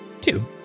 Two